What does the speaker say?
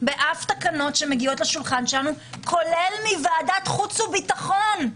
באף תקנות שמגיעות לשולחן שלנו כולל מוועדת חוץ וביטחון,